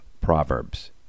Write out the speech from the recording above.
Proverbs